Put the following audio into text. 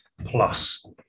plus